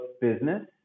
business